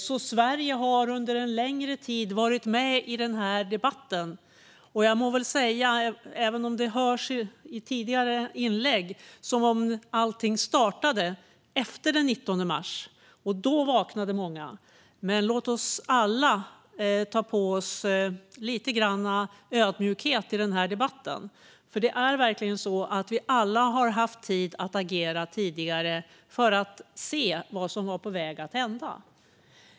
Sverige har alltså under en längre tid varit med i debatten, även om det har låtit i tidigare inlägg som att allt startade efter den 19 mars och att det var då många vaknade. Men låt oss alla ha lite ödmjukhet i denna debatt. Det är verkligen så att vi alla har haft tid att agera tidigare och se vad som var på väg att hända.